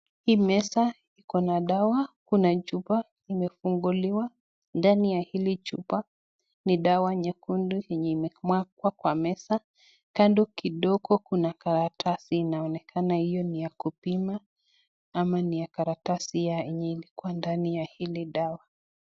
Hii meza ikona dawa. Kuna chupa imefunguliwa. Ndani ya hili chupa ni dawa nyekundu yenye imemwagwa kwa meza. Kando kidogo kuna karatasi. Inaonekana hiyo ni ya kupima ama ni ya karatasi ya yenye ilikuwa ndani ya ile dawa.